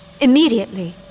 Immediately